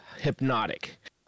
Hypnotic